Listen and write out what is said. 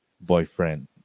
boyfriend